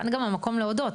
וכאן גם המקום להודות,